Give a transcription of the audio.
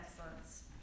excellence